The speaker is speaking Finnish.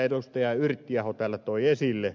yrttiaho täällä toi esille